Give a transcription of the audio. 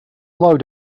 allow